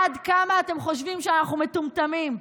עד כמה אתם חושבים שאנחנו מטומטמים?